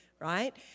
right